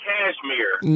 Cashmere